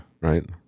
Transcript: Right